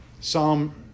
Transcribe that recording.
Psalm